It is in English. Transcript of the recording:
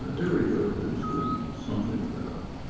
ah every government is doing something about it.